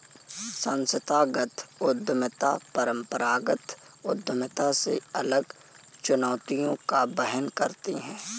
संस्थागत उद्यमिता परंपरागत उद्यमिता से अलग चुनौतियों का वहन करती है